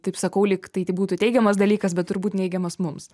taip sakau lyg tai ti būtų teigiamas dalykas bet turbūt neigiamas mums